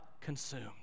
consumed